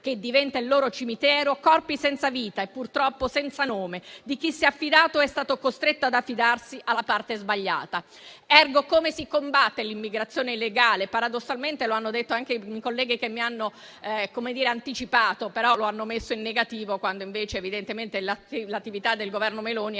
che diventa il loro cimitero, corpi senza vita e purtroppo senza nome, di chi si è affidato o è stato costretto ad affidarsi alla parte sbagliata. *Ergo*, come si combatte l'immigrazione illegale? Paradossalmente lo hanno detto anche i colleghi che mi hanno anticipato, però lo hanno messo in negativo, mentre la soluzione messa in campo dal Governo Meloni